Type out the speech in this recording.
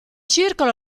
circolo